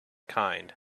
kind